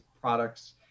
products